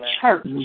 church